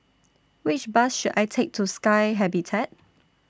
Which Bus should I Take to Sky Habitat